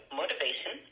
motivation